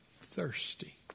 thirsty